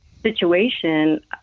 situation